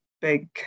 big